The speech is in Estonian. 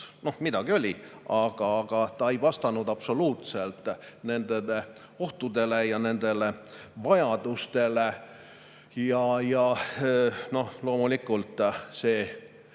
Noh, midagi oli, aga ta ei vastanud absoluutselt nendele ohtudele ja nendele vajadustele. Loomulikult tehti